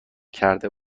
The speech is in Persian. کرده